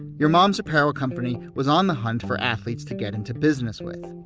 your mom's apparel company was on the hunt for athletes to get into business with.